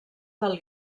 del